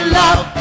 love